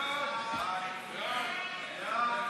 תצביעו היום נגד